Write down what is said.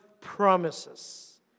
promises